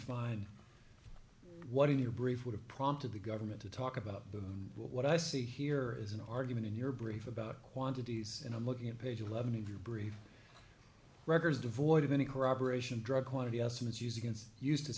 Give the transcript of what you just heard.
find what in your brief would have prompted the government to talk about what i see here is an argument in your brief about quantities and i'm looking at page eleven in your brief records devoid of any corroboration drug quantity estimates use against used